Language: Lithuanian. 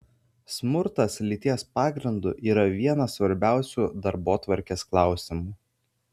smurtas lyties pagrindu yra vienas svarbiausių darbotvarkės klausimų